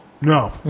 No